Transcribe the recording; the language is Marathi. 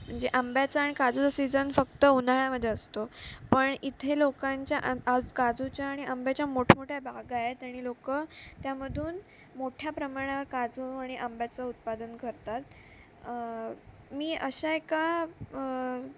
म्हणजे आंब्याचा आणि काजूचा सीझन फक्त उन्हाळ्यामध्ये असतो पण इथे लोकांच्या आं काजूच्या आणि आंब्याच्या मोठमोठ्या बागा आहेत आणि लोकं त्यामधून मोठ्या प्रमाणावर काजू आणि आंब्याचं उत्पादन करतात मी अशा एका